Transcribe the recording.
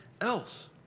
else